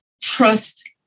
trust